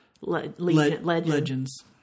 Legends